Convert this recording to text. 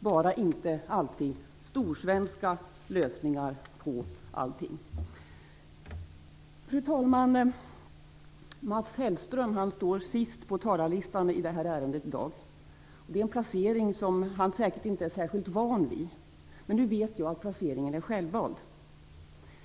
Vi kan inte alltid bara ha storsvenska lösningar på allting. Fru talman! Mats Hellström står sist på talarlistan i detta ärende i dag. Det är en placering som han säkert inte är särskilt van vid. Men jag vet att den är självvald.